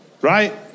Right